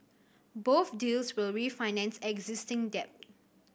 both deals will refinance existing debt